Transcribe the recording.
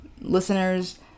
listeners